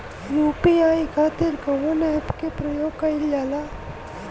UPI खातीर कवन ऐपके प्रयोग कइलजाला?